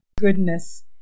goodness